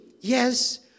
Yes